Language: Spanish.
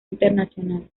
internacional